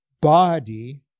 body